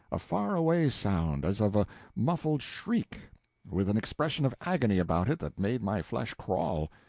a far-away sound, as of a muffled shriek with an expression of agony about it that made my flesh crawl.